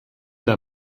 der